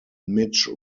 mitch